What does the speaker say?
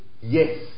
Yes